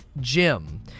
Jim